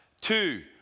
two